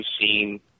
seen